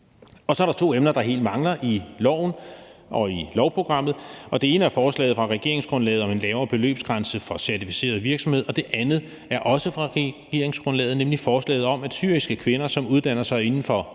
Og så er der to emner, der helt mangler i lovforslaget og i lovprogrammet. Det ene er forslaget fra regeringsgrundlaget om en lavere beløbsgrænse for certificerede virksomheder, og det andet er også fra regeringsgrundlaget, nemlig forslaget om, at syriske kvinder, som uddanner sig inden for